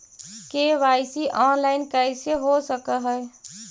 KYC online कैसे हो सक है?